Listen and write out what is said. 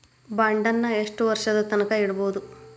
ಬಾಂಡನ್ನ ಯೆಷ್ಟ್ ವರ್ಷದ್ ತನ್ಕಾ ಇಡ್ಬೊದು?